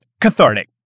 cathartic